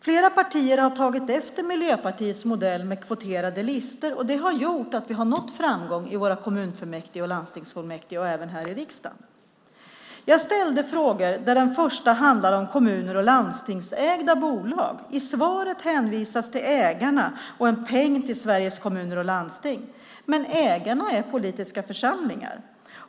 Flera partier har tagit efter Miljöpartiets modell med kvoterade listor, och det har gjort att vi har nått framgång i våra kommunfullmäktige och landstingsfullmäktige och även här i riksdagen. Jag har ställt frågor, och den första handlar om kommun och landstingsägda bolag. I svaret hänvisas till ägarna och en peng till Sveriges Kommuner och Landsting, men ägarna är politiska församlingar.